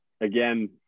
again